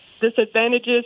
disadvantages